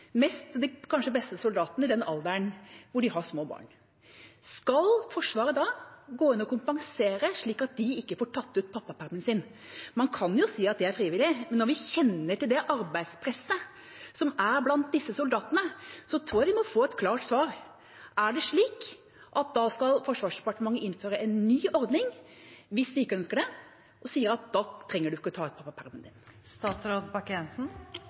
i den alderen hvor man har små barn. Skal Forsvaret da kompensere slik at de ikke får tatt ut pappapermen sin? Man kan si at det er frivillig, men når vi kjenner til det arbeidspresset som er blant disse soldatene, tror jeg de må få et klart svar: Skal Forsvarsdepartementet innføre en ny ordning og si at hvis man ikke ønsker det, trenger man ikke å ta